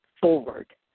forward